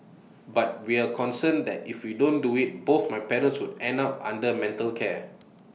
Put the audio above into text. but we're concerned that if we don't do IT both my parents would end up under mental care